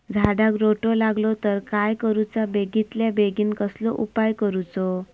झाडाक रोटो लागलो तर काय करुचा बेगितल्या बेगीन कसलो उपाय करूचो?